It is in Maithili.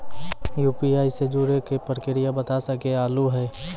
यु.पी.आई से जुड़े के प्रक्रिया बता सके आलू है?